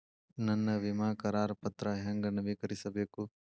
ನನ್ನ ವಿಮಾ ಕರಾರ ಪತ್ರಾ ಹೆಂಗ್ ನವೇಕರಿಸಬೇಕು?